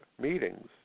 meetings